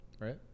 Right